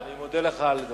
אני מודה לך על דבריך.